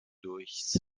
durchs